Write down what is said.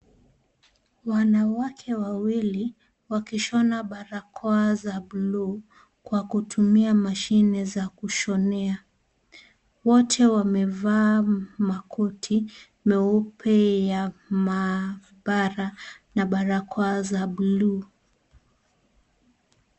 Wanawake wawili wakishona barakoa za bluu kwa kutumia mashine za kushonea. Wote wamevaa makoti meupe ya maabara na barakoa za bluu.